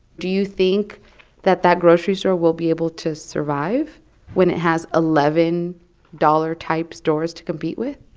do you think that that grocery store will be able to survive when it has eleven dollar-type stores to compete with?